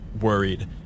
worried